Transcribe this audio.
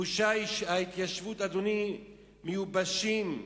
אדוני, גושי ההתיישבות מיובשים.